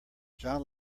john